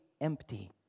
empty